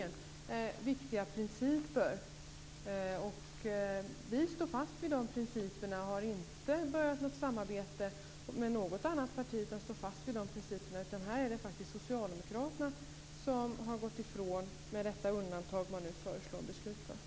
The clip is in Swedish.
Det var viktiga principer som vi står fast vid, och vi har inte inlett något samarbete med något annat parti. Här är det faktiskt socialdemokraterna som genom detta undantag har gått ifrån dessa principer.